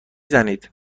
زنید